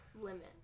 limit